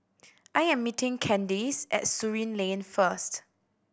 I am meeting Candace at Surin Lane first